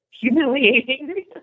humiliating